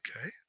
okay